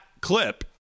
clip